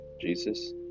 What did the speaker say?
Jesus